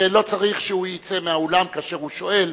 שלא צריך שהוא יצא מהאולם כאשר הוא שואל,